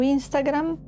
Instagram